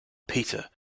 peter